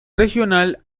regional